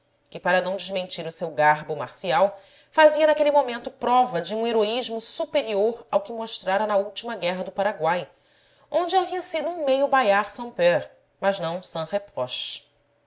que para não desmentir o seu garbo mar cial fazia naquele momento prova de um heroísmo superior ao que mostrara na última guerra do paraguai onde havia sido um meio bayard sans peur mas não sans